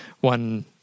one